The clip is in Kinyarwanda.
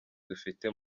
dufite